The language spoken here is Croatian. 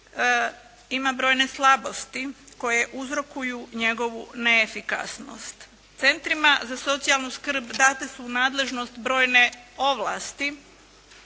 ima brojne slabosti koje uzrokuju njegovu neefikasnost. Centrima za socijalnu skrb date su u nadležnost brojne ovlasti